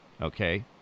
Okay